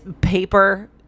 paper